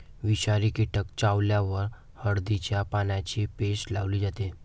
विषारी कीटक चावल्यावर हळदीच्या पानांची पेस्ट लावली जाते